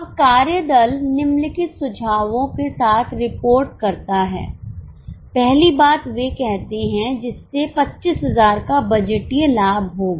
अब कार्य दल निम्नलिखित सुझावों के साथ रिपोर्ट करता है पहली बात वे कहते हैं जिससे 25000 का बजटीय लाभ होगा